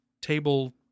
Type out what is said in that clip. table